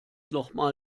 nochmal